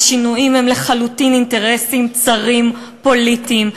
השינויים הם לחלוטין אינטרסים צרים פוליטיים.